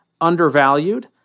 undervalued